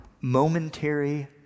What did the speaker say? momentary